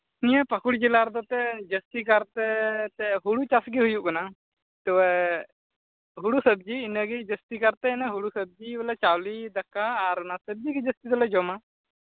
ᱱᱤᱭᱟᱹ ᱯᱟᱹᱠᱩᱲ ᱡᱮᱞᱟ ᱨᱮᱫᱚ ᱛᱮ ᱡᱟᱹᱥᱛᱤ ᱠᱟᱨᱛᱮ ᱦᱩᱲᱩ ᱪᱟᱥ ᱜᱮ ᱦᱩᱭᱩᱜ ᱠᱟᱱᱟ ᱛᱚᱵᱮ ᱦᱩᱲᱩ ᱥᱚᱵᱽᱡᱤ ᱤᱱᱟᱹ ᱜᱮ ᱡᱟᱹᱥᱛᱤ ᱠᱟᱨᱛᱮ ᱦᱩᱲᱩ ᱥᱚᱵᱽᱡᱤ ᱵᱚᱞᱮ ᱪᱟᱣᱞᱮ ᱫᱟᱠᱟ ᱟᱨ ᱚᱱᱟ ᱥᱚᱵᱽᱡᱤ ᱜᱮ ᱡᱟᱹᱥᱛᱤ ᱫᱚᱞᱮ ᱡᱚᱢᱟ